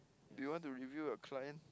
do you want to review a client